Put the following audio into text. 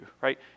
right